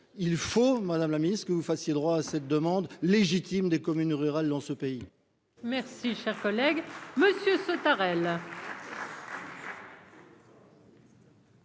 il faut Madame la Ministre, que vous fassiez droit à cette demande légitime des communes rurales dans ce pays. Merci, cher collègue Monsieur Sautarel.